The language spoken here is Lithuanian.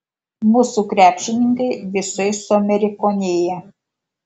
mūsų krepšininkai visai suamerikonėja